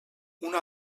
una